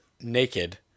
naked